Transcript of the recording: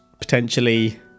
potentially